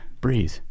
breathe